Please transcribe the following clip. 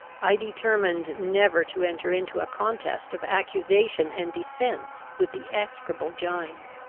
i determined never to enter into a contest of accusation and defence with the execrable gines.